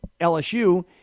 LSU